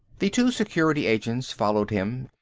the two security agents followed him,